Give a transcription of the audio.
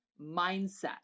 mindset